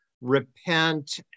repent